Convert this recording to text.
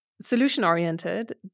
solution-oriented